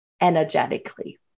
energetically